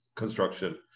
construction